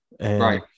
Right